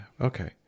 okay